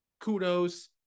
Kudos